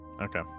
Okay